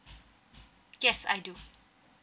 yes I do